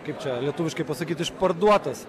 kaip čia lietuviškai pasakyt išparduotas